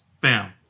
bam